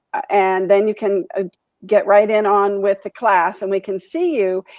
and then you can get right in on with the class. and we can see you.